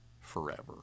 forever